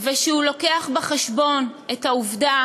ושהוא מביא בחשבון את העובדה